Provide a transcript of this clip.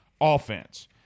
offense